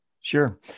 Sure